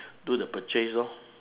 do the purchase lor